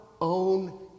own